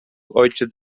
ojciec